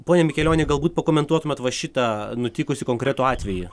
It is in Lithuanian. pone mikelioni galbūt pakomentuotumėt va šitą nutikusį konkretų atvejį